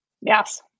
Yes